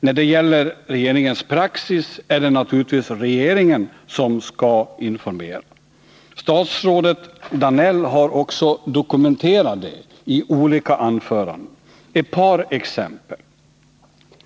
När det gäller regeringens praxis är det naturligtvis regeringen som skall informera. Statsrådet Danell har också dokumenterat detta i olika anföranden. Jag skall ge ett par exempel.